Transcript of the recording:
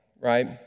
right